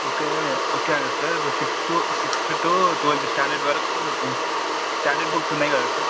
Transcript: okay okay sir sixth sixth to twelfth standard వరకు standard books ఉన్నాయి కదా sir